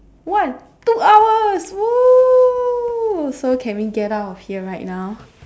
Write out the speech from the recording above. one two hours !woo! so can we get out of here right now